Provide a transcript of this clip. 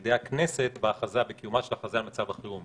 על-ידי הכנסת בקיומה של הכרזה על מצב החירום.